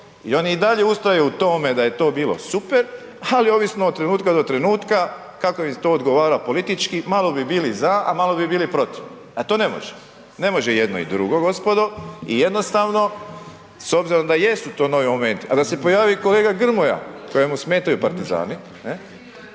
i oni i dalje ustraju u tome da je to bilo super, ali ovisno od trenutka do trenutka kako je to odgovara politički, malo bi bili za, a malo bi bili protiv, a to ne može. Ne može jedno i drugo gospodo i jednostavno s obzirom da jesu to novi momenti, a da se pojavi i kolega Grmoja kojemu smetaju partizani,